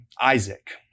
Isaac